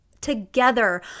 together